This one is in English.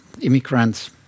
immigrants